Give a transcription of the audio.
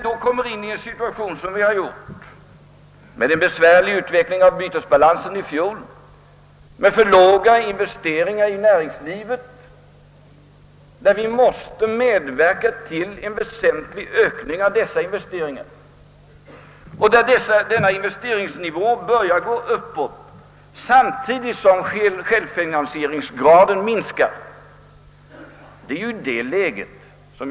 Det var i fjol en besvärlig utveckling av bytesbalansen, och investeringarna i näringslivet låg dessutom för lågt. Vi måste medverka till en väsentlig ökning av dessa investeringar, trots att vi vet att självfinansieringsgraden minskar när investeringsnivån börjar stiga.